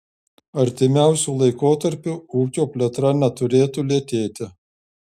artimiausiu laikotarpiu ūkio plėtra neturėtų lėtėti